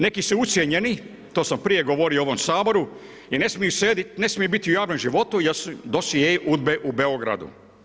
Neki su ucijenjeni, to sam prije govorio u ovom Saboru i ne smiju biti u javnom životu, jer su dosjei UDBE u Beogradu.